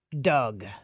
Doug